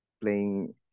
playing